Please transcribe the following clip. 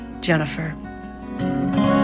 Jennifer